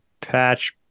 patch